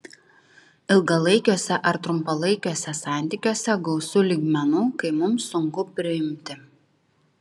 ilgalaikiuose ar trumpalaikiuose santykiuose gausu lygmenų kai mums sunku priimti